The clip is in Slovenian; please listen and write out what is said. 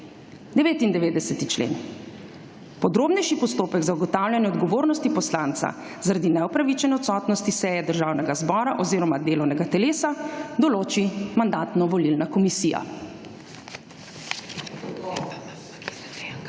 99. člen; podrobnejši postopek za ugotavljanje odgovornosti poslanca zaradi neupravičene odsotnosti s seje Državnega zbora oziroma delovnega telesa določi Mandatno-volilna komisija.